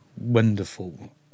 wonderful